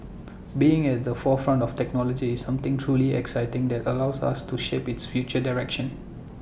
being at the forefront of technology is something truly exciting that allows us to shape its future direction